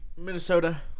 Minnesota